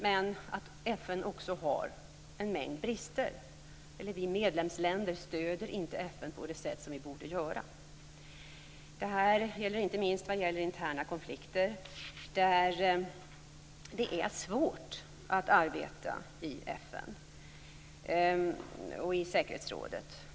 Men FN har också en mängd brister - eller vi medlemsländer stöder inte FN på det sätt som vi borde göra. Det här gäller inte minst i fråga om interna konflikter. Där är det svårt att arbeta i FN och i säkerhetsrådet.